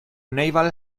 naval